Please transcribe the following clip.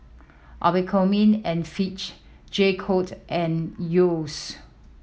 Abercrombie and Fitch J Co and Yeo's